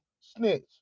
snitch